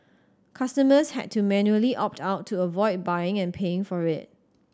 customers had to manually opt out to avoid buying and paying for it